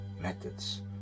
methods